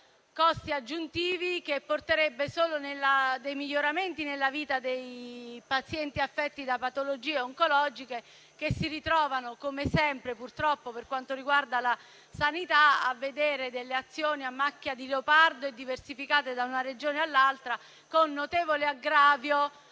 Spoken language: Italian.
costi aggiuntivi, ma che porterebbe solo miglioramenti nella vita dei pazienti affetti da patologie oncologiche, che si ritrovano (come sempre, purtroppo, per quanto riguarda la sanità), a vedere azioni a macchia di leopardo e diversificate da una Regione all'altra con notevole aggravio